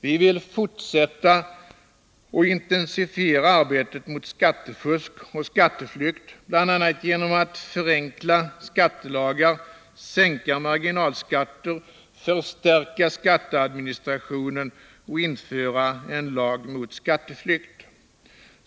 Vi vill fortsätta att intensifiera arbetet mot skattefusk och skatteflykt, bl.a. förenkla skattelagar, sänka marginalskatter, förstärka skatteadministrationen och införa en lag mot skatteflykt.